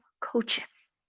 coaches